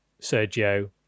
Sergio